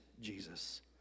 Jesus